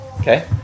Okay